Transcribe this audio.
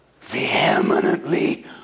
vehemently